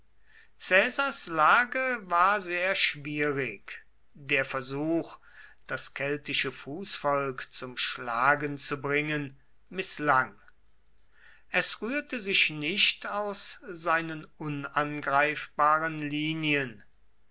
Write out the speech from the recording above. caesars lage war sehr schwierig der versuch das keltische fußvolk zum schlagen zu bringen mißlang es rührte sich nicht aus seinen unangreifbaren linien